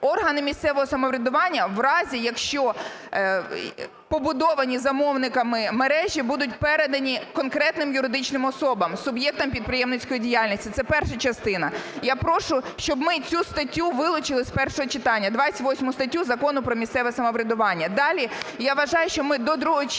Органи місцевого самоврядування в разі, якщо побудовані замовниками мережі будуть передані конкретним юридичним особам, суб'єктам підприємницької діяльності. Це перша частина. Я прошу, щоб ми цю статтю вилучили з першого читання, 28 статтю Закону про місцеве самоврядування. Далі. Я вважаю, що до другого читання